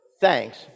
Thanks